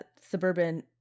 suburban